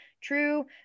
true